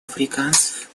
африканцев